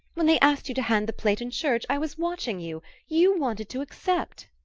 when they asked you to hand the plate in church i was watching you you wanted to accept.